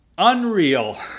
Unreal